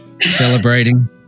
celebrating